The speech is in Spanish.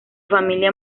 familia